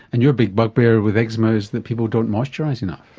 and your big bugbear with eczema is that people don't moisturise enough.